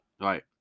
Right